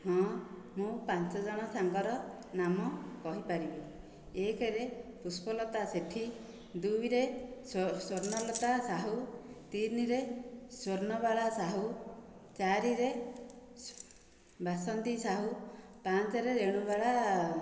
ହଁ ମୁଁ ପାଞ୍ଚ ଜଣ ସାଙ୍ଗର ନାମ କହିପାରିବି ଏକରେ ପୁଷ୍ପଲତା ସେଠି ଦୁଇରେ ସ୍ଵର୍ଣ୍ଣଲତା ସାହୁ ତିନିରେ ସ୍ଵର୍ଣବାଳା ସାହୁ ଚାରିରେ ବାସନ୍ତୀ ସାହୁ ପାଞ୍ଚରେ ରେଣୁବାଳା